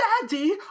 daddy